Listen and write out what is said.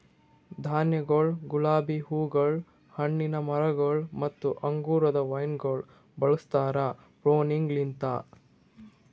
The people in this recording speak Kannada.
ಧಾನ್ಯಗೊಳ್, ಗುಲಾಬಿ ಹೂಗೊಳ್, ಹಣ್ಣಿನ ಮರಗೊಳ್ ಮತ್ತ ಅಂಗುರದ ವೈನಗೊಳ್ ಬೆಳುಸ್ತಾರ್ ಪ್ರೂನಿಂಗಲಿಂತ್